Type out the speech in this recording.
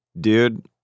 Dude